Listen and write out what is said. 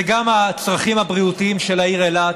זה גם הצרכים הבריאותיים של העיר אילת.